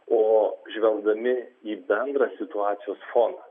o žvelgdami į bendrą situacijos foną